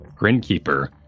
Grinkeeper